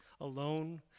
alone